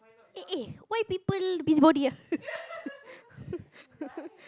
eh eh why people busybody ah